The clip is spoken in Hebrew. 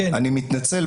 אני מתנצל,